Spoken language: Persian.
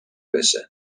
بشه